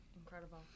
incredible